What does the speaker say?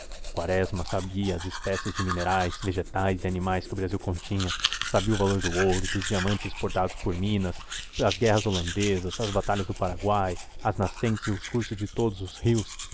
quaresma sabia as espécies de minerais vegetais e animais que o brasil continha sabia o valor do ouro dos diamantes exportados por minas as guerras holandesas as batalhas do paraguai as nascentes e o curso de todos os rios